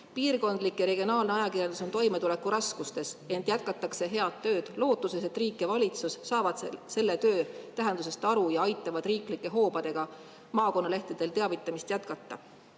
Piirkondlik ja regionaalne ajakirjandus on toimetulekuraskustes, ent jätkatakse head tööd lootuses, et riik ja valitsus saavad selle töö tähendusest aru ja aitavad riiklike hoobadega maakonnalehtedel teavitamist jätkata.